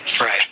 Right